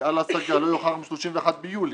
על ההשגה לא יאוחר מ-31 ביולי.